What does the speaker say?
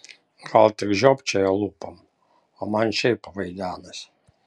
gal tik žiopčioja lūpom o man šiaip vaidenasi